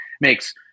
makes